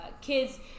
kids